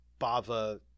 Bava